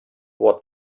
what